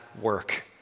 work